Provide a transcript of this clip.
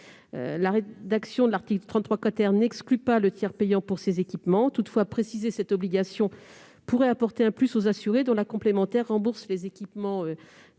La rédaction de l'article 33 n'exclut pas le tiers payant pour ces équipements. Toutefois, préciser cette obligation pourrait apporter un plus aux assurés dont la complémentaire rembourse les équipements concernés.